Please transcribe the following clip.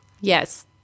Yes